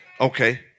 Okay